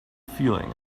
feeling